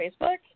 Facebook